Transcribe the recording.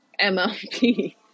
MLP